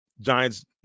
Giants